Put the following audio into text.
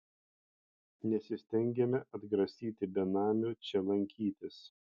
nesistengiame atgrasyti benamių čia lankytis